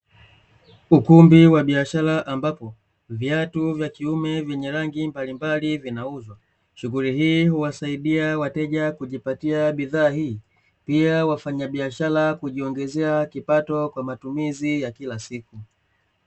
Ukumbi wa biashara ambapo viatu vya kiume vyenye rangi mbalimbali vinauzwa. Shughuli hii huwasaidia wateja kujipatia bidhaa hii, pia wafanyabishara kujiongezea kipato kwa matumizi ya kila siku.